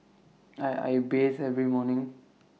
I bathe every morning